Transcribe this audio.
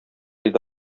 иде